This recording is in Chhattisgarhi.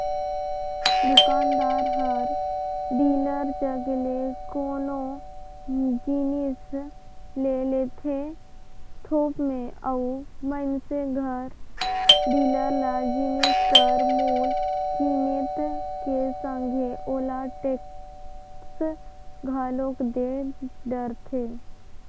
दुकानदार हर डीलर जग ले कोनो जिनिस ले लेथे थोक में अउ मइनसे हर डीलर ल जिनिस कर मूल कीमेत के संघे ओला टेक्स घलोक दे डरथे